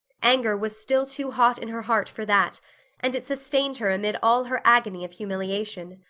anger was still too hot in her heart for that and it sustained her amid all her agony of humiliation.